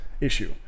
issue